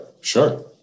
sure